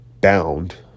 bound